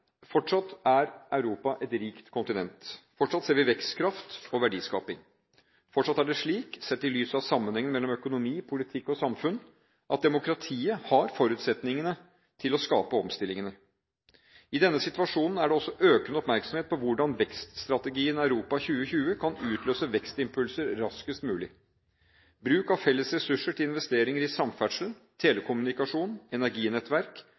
Fortsatt er Europa et rikt kontinent. Fortsatt ser vi vekstkraft og verdiskaping. Fortsatt er det slik – sett i lys av sammenhengen mellom økonomi, politikk og samfunn – at demokratiet har forutsetningene for å skape omstillingene. I denne situasjonen er det også økende oppmerksomhet på hvordan vekststrategien Europa 2020 kan utløse vekstimpulser raskest mulig. Bruk av felles ressurser til investeringer i samferdsel, telekommunikasjon, energinettverk